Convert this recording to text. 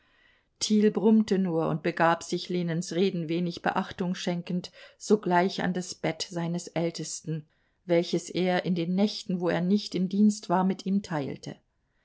brummte nur und begab sich lenens reden wenig beachtung schenkend sogleich an das bett seines ältesten welches er in den nächten wo er nicht im dienst war mit ihm teilte